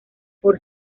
por